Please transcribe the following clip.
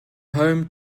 home